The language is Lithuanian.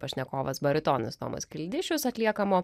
pašnekovas baritonas tomas kildišius atliekamo